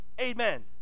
Amen